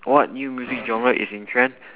what new music genre is in trend